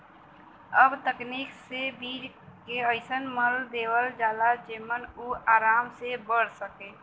अब तकनीक से बीज के अइसन मल देवल जाला जेमन उ आराम से बढ़ सके